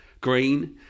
green